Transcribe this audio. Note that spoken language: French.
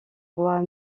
roi